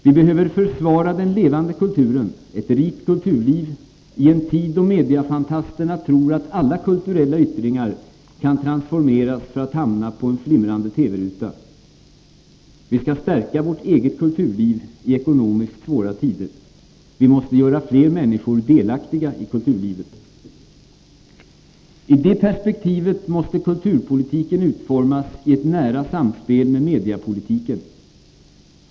Vi behöver försvara den levande kulturen, ett rikt kulturliv, i en tid då mediafantasterna tror att alla kulturella yttringar kan transformeras för att hamna på en flimrande TV-ruta. Vi skall stärka vårt eget kulturliv i ekonomiskt svåra tider. Vi måste göra fler människor delaktiga i kulturlivet. I det perspektivet måste kulturpolitiken utformas i ett nära samspel med mediapolitiken.